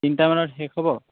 তিনিটামানত শেষ হ'ব